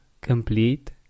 complete